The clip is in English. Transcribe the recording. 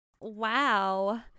Wow